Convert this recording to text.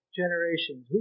generations